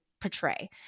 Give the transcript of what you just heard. portray